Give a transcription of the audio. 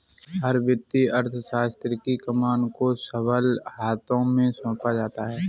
हर वित्तीय अर्थशास्त्र की कमान को सबल हाथों में सौंपा जाता है